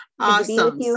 awesome